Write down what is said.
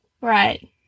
Right